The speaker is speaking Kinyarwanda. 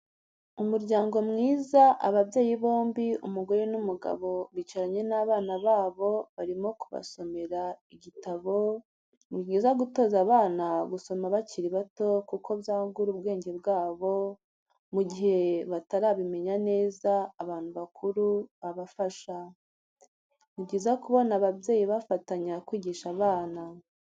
Umuryango mwiza, ababyeyi bombi umugore n'umugabo, bicaranye n'abana babo barimo kubasomera igitabo, ni byiza gutoza abana gusoma bakiri bato kuko byagura ubwenge bwabo mu gihe batarabimenya neza abantu bakuru babafasha, ni byiza kubona ababyeyi bafatanya kwigisha abana.